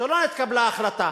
שלא נתקבלה החלטה